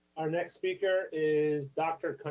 our next speaker is dr.